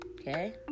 Okay